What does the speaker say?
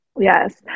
Yes